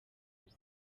bye